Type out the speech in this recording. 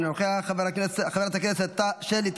אינו נוכח,